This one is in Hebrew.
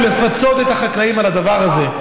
ולפצות את החקלאים על הדבר הזה.